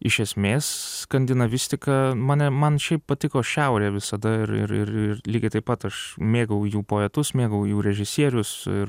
iš esmės skandinavistika mane man šiaip patiko šiaurė visada ir ir ir ir lygiai taip pat aš mėgau jų poetus mėgau jų režisierius ir